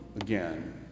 again